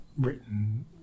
written